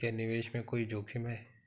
क्या निवेश में कोई जोखिम है?